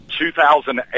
2008